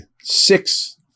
six